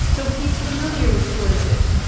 so he's familiar with shortages.